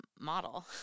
model